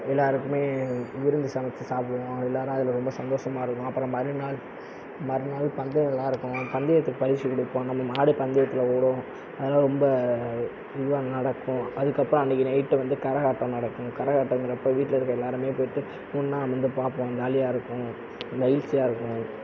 எல்லோருக்குமே விருந்து சமைச்சி சாப்பிடுவோம் எல்லோரும் அதில் ரொம்ப சந்தோஷமாக இருக்கும் அப்புறம் மறுநாள் மறுநாள் பந்தயமெல்லாம் இருக்கும் பந்தயத்துக்கு பரிசு கொடுப்போம் நம்ம மாடு பந்தயத்தில் ஓடும் அதலாம் ரொம்ப இதுவாக நடக்கும் அதுக்கப்புறம் அன்றைக்கு நைட்டு வந்து கரகாட்டம் நடக்கும் கரகாட்டங்கிறப்போ வீட்டில் இருக்கிற எல்லோருமே போயிட்டு ஒன்னாக அமர்ந்து பார்ப்போம் ஜாலியாக இருக்கும் மகிழ்ச்சியாக இருக்கும்